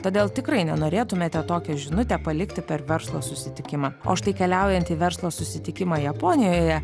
todėl tikrai nenorėtumėte tokią žinutę palikti per verslo susitikimą o štai keliaujant į verslo susitikimą japonijoje